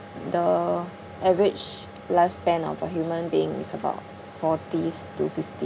the average lifespan of a human being is about forties to fifties